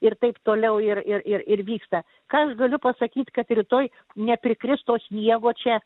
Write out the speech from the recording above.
ir taip toliau ir ir ir vyksta ką aš galiu pasakyt kad rytoj neprikris to sniego čia